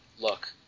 look